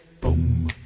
Boom